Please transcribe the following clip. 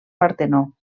partenó